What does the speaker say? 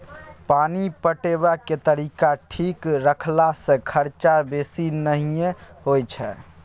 पानि पटेबाक तरीका ठीक रखला सँ खरचा बेसी नहि होई छै